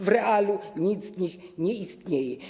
W realu nic z nich nie istnieje.